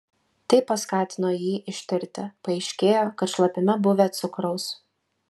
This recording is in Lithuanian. tai paskatino jį ištirti paaiškėjo kad šlapime buvę cukraus